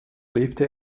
lebte